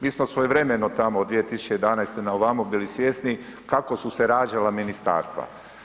Mi smo svojevremeno tamo od 2011. na ovamo bili svjesni kako su se rađala ministarstva.